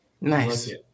Nice